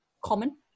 common